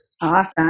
Awesome